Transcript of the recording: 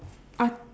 I